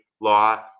law